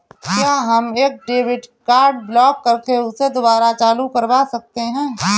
क्या हम एक डेबिट कार्ड ब्लॉक करके उसे दुबारा चालू करवा सकते हैं?